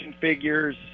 figures